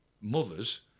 mothers